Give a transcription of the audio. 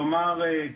כלומר,